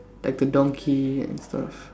like a donkey and stuff